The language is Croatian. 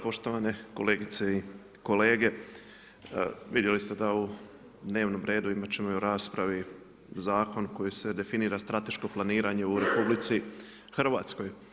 Poštovane kolegice i kolege, vidjeli ste da u dnevnom redu, imati ćemo u raspravi zakon kojim se definira strateško planiranje u RH.